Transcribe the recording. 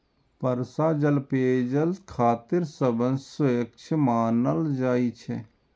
वर्षा जल पेयजल खातिर सबसं स्वच्छ मानल जाइ छै